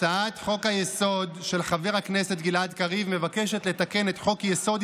הצעת חוק-היסוד של חבר הכנסת גלעד קריב מבקשת לתקן את חוק-יסוד: